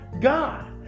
God